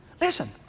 Listen